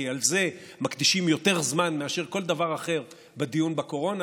כי לזה מקדישים יותר זמן מאשר לכל דבר אחר בדיון בקורונה,